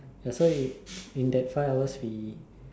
that's why in that five hours we